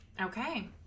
Okay